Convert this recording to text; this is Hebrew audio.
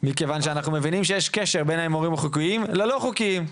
מכיוון שאנחנו מבינים שיש קשר בין ההימורים החוקיים ללא חוקיים.